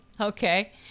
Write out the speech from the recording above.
Okay